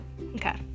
okay